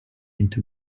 into